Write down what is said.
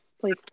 Please